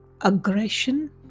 aggression